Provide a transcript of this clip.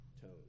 tone